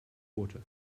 water